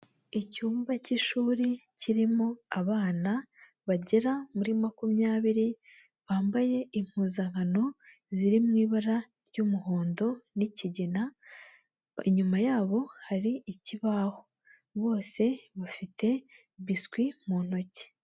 Icyumba cy'ishuri kirimo abana bagera muri makumyabiri bambaye impuzankano ziri mu ibara ry'umuhondo n'ikigina, inyuma yabo hari ikibaho, bose bafite biswi mu ntoki.